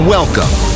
Welcome